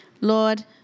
Lord